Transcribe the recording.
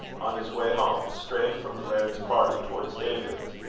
on his way home, strayed from the laird's party towards david's,